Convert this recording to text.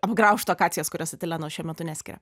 apgraužtų akacijas kurios etileno šiuo metu neskiria